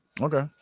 Okay